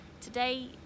Today